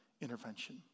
intervention